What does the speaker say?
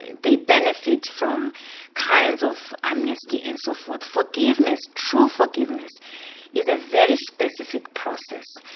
they benefit from kinds of amnesty and so forth. forgiveness, true forgiveness is a very specific process.